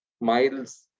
miles